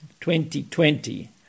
2020